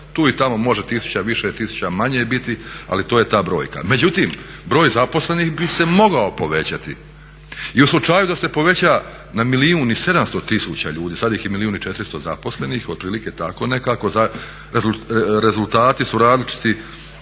Tu i tamo može tisuća više, tisuća manje biti ali to je ta brojka. Međutim, broj zaposlenih bi se mogao povećati, i u slučaju da se poveća na 1 milijun i 700 tisuća ljudi, sad ih je 1 milijun i 400 zaposlenih otprilike tako nekako, rezultati su različiti